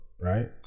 right